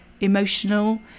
emotional